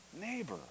neighbor